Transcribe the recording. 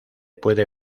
puede